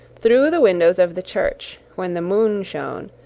through the windows of the church, when the moon shone,